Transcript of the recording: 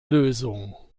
lösung